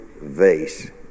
vase